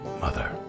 mother